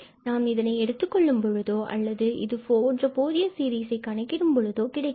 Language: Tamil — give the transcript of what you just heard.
நாம் இதனை எடுத்துக் கொள்ளும் பொழுதோ அல்லது இது போன்ற ஃபூரியர் சீரிஸை கணக்கீடு செய்யும் பொழுது கிடைக்கிறது